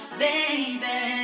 baby